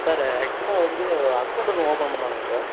sir ஆக்சுவலாக வந்து account ஒன்று ஓப்பன் பண்ணனும்ங்க சார்